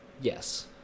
Yes